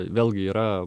vėlgi yra